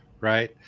Right